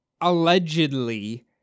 allegedly